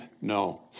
No